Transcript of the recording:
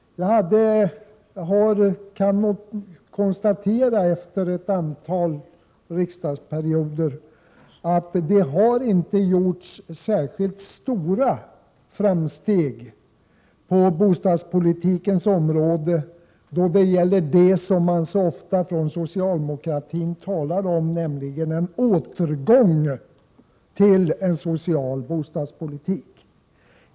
Efter ett antal riksdagsperioder kan jag konstatera att det inte har gjorts särskilt stora framsteg på bostadspolitikens område då det gäller det som man från socialdemokratin så ofta talar om, nämligen en återgång till en social bostadspolitik.